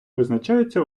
визначаються